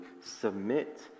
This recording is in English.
submit